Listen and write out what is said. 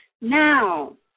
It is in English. Now